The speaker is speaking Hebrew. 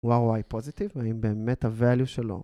וואו וואי פוזיטיב, והאם באמת הvalue שלו.